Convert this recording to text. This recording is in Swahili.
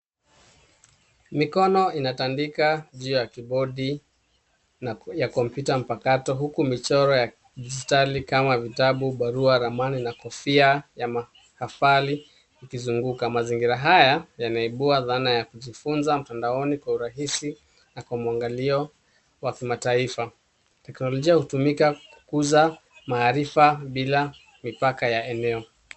Mikono inatandika juu ya kibodi na- ya kompyuta mpakato huku michoro ya kidijitali kama vitabu, barua, ramani na kofia ya makafali ikizunguka mazingira haya yanaibua dhana ya kujifunza mtandoani kwa urahisi na kwa muangalio wa kimataifa. Teknolojia hutumika kukuza maarifa bila mipaka ya eneo.